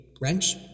wrench